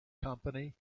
company